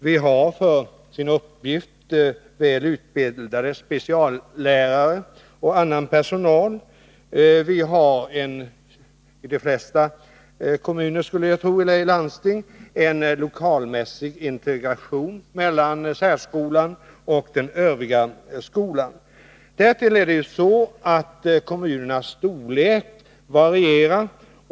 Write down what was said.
Den har för sin uppgift väl utbildade speciallärare och annan personal. Vi har, skulle jag tro, i de flesta landsting lokalmässig integration mellan särskolan och den övriga skolan. Därtill är det så att kommunernas storlek varierar.